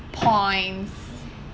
points